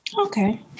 Okay